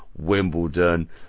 Wimbledon